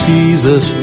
Jesus